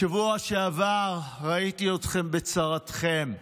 בשבוע שעבר ראיתי אתכם בצרתכם.